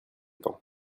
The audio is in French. temps